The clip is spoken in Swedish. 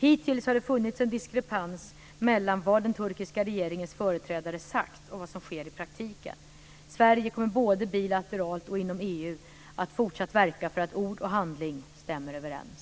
Hittills har det funnits en diskrepans mellan vad den turkiska regeringens företrädare sagt och vad som sker i praktiken. Sverige kommer både bilateralt och inom EU att fortsatt verka för att ord och handling stämmer överens.